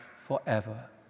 forever